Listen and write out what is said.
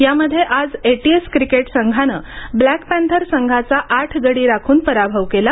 यामध्ये आज ATS cricket संघाने ब्लॅक पॅथर संघाचा आठ गडी राखून पराभव केला